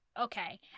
Okay